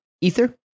Ether